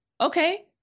okay